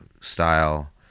style